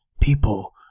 People